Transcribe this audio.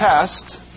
test